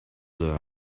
there